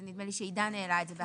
נדמה לי שעידן העלה את זה.